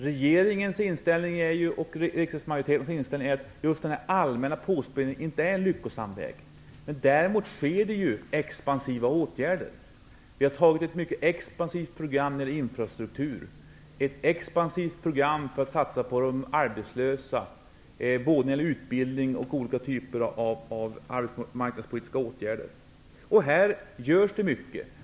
Regeringens och riksdagsmajoritetens inställning är att den allmänna påspädningen inte är en lyckosam väg. Däremot vidtas det ju expansiva åtgärder. Vi har antagit ett mycket expansivt program när det gäller infrastruktur, ett expansivt program för att satsa på de arbetslösa när det gäller både utbildning och olika typer av arbetsmarknadspolitiska åtgärder. Här görs det mycket.